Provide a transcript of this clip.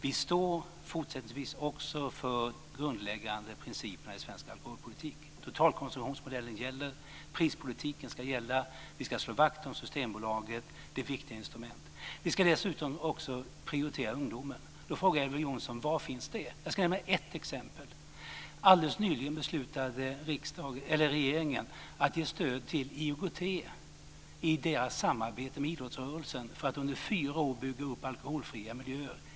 Vi står fortsättningsvis också för de grundläggande principerna i svensk alkoholpolitik; totalkonsumtionsmodellen gäller, prispolitiken ska gälla och vi ska slå vakt om Systembolaget. Detta är viktiga instrument. Vi ska dessutom prioritera ungdomen. Elver Jonsson frågar: Var finns detta? Jag ska nämna ett exempel. Alldeles nyligen beslutade regeringen att ge stöd till IOGT i dess samarbete med idrottsrörelsen för att under fyra år bygga upp alkoholfria miljöer.